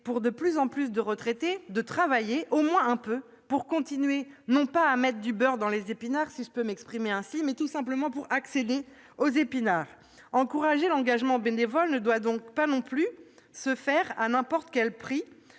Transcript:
pour de plus en plus de retraités de travailler, au moins un peu, pour continuer, non pas à mettre du beurre dans les épinards, si je peux m'exprimer ainsi, mais à pouvoir manger des épinards ! Encourager l'engagement bénévole ne doit pas non plus se faire à n'importe quel prix.